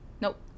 Nope